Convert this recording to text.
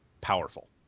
powerful